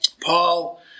Paul